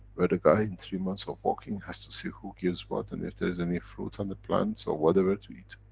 where the guy in three months of walking has to see who gives what and if there's any fruits on the plants or whatever to eat.